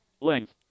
length